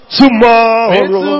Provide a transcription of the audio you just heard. tomorrow